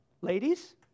Ladies